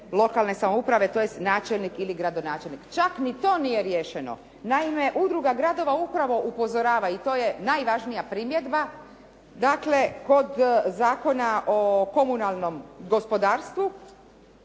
lokalne samouprave, tj. načelnik ili gradonačelnik. Čak i to nije riješeno, naime, udruga gradova upravo upozorava i to je najvažnija primjedba, dakle, kod Zakona o komunalnom gospodarstvu